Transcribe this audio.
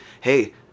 Hey